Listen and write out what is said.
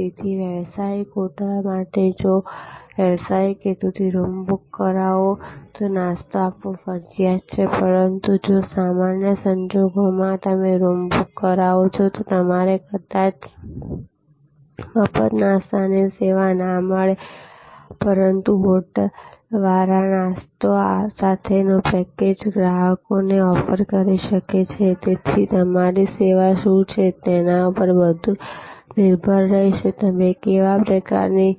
તેથી વ્યાવસાયિક હોટેલ માટે જો લોકો વ્યસાયિક હેતુ થી રૂમ બુક કરાવે તો નાસ્તો આપવો ફરજિયાત છે પરતું જો સામાન્ય સંજોગો માં તમે રૂમ બુક કરાવો છો તો ત્યારે કદાચ મફત નાસ્તા ની સેવા ના મળે પરંતુ હોટેલ વાળા નાસ્તા સાથે નું પેકેજ ગ્રાહક ને ઓફર કરી શકે છે તેથી તમારી સેવા શું છે તેના પર બધું નિર્ભર રહેશે કે તમે કેવા પ્રકારની